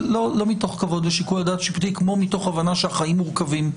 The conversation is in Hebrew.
אבל לא מתוך כבוד לשיקול הדעת השיפוטי כמו מתוך הבנה שהחיים מורכבים.